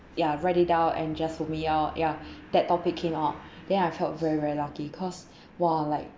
ya write it down and just vomit out ya that topic came out then I felt very very lucky cause !wah! like